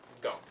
go